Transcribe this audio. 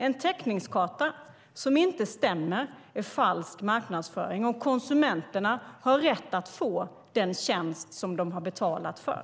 En täckningskarta som inte stämmer är falsk marknadsföring, och konsumenterna har rätt att få den tjänst som de har betalat för.